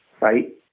right